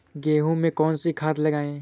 गेहूँ में कौनसी खाद लगाएँ?